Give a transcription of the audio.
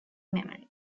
memory